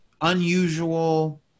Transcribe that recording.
unusual